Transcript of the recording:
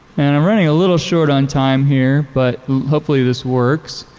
and i'm running a little short on time here, but hopefully this works.